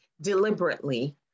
deliberately